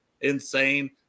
insane